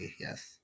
yes